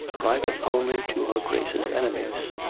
private only to her grace's enemies.